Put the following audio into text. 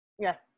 Yes